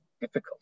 difficult